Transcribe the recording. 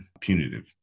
punitive